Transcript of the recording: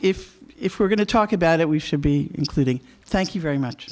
if if we're going to talk about it we should be including thank you very much